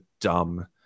dumb